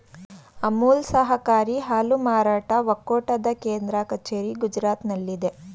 ಅಮುಲ್ ಸಹಕಾರಿ ಹಾಲು ಮಾರಾಟ ಒಕ್ಕೂಟದ ಕೇಂದ್ರ ಕಚೇರಿ ಗುಜರಾತ್ನಲ್ಲಿದೆ